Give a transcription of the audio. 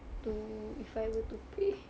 to if I were to pay